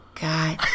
god